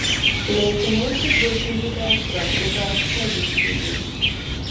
laikinai pritvirtinkite spragtuką savisriegiais